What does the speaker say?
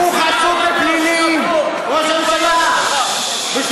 הוא חשוד בפלילים, ראש הממשלה, מה יש לך?